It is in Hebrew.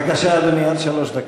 בבקשה, אדוני, עד שלוש דקות.